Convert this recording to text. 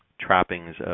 trappings